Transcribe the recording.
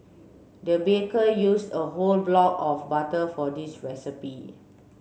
the baker used a whole block of butter for this recipe